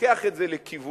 לוקח את זה לכיוונים,